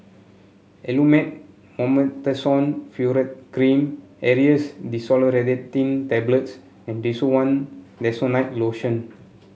Elomet Mometasone Furoate Cream Aerius DesloratadineTablets and Desowen Desonide Lotion